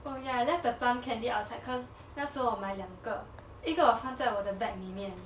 oh ya I left the plum candy outside cause 那时候我买两个一个我放在我的 bag 里面